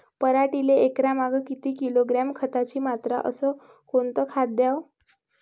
पराटीले एकरामागं किती किलोग्रॅम खताची मात्रा अस कोतं खात द्याव?